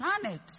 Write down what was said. planet